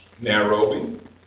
Nairobi